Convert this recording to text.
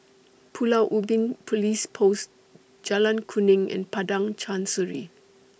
Pulau Ubin Police Post Jalan Kuning and Padang Chancery